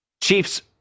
Chiefs